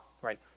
right